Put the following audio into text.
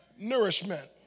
Nourishment